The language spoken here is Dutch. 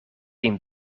een